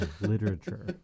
literature